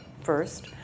first